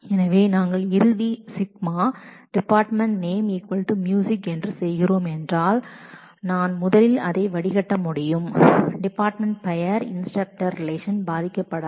எனவே நாங்கள் இறுதியாக σ dept name music என்றுசெய்கிறோம் என்றால் நான் முதலில் அதை வடிகட்ட முடியும் இன்ஸ்டிரக்டர் ரிலேஷன் உடனான டிபார்ட்மெண்ட் பெயர் ம்யூஸிக் விளைவாக முடிவு பாதிக்கப்படாது